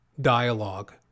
dialogue